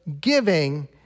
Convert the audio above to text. giving